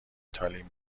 تالین